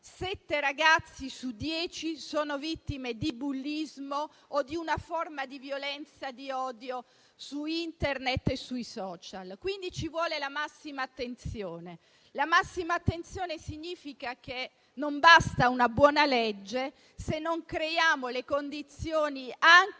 ragazzi su dieci sono vittime di bullismo o di una forma di violenza e di odio su Internet e sui *social*. Ci vuole la massima attenzione e ciò significa che non basta una buona legge, se non creiamo le condizioni anche